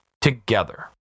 together